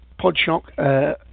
Podshock